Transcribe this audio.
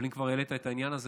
אבל אם כבר העלית את העניין הזה,